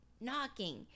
knocking